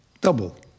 double